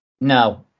No